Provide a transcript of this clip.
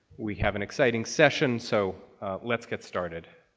we have an exciting session, so let's get started.